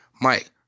Mike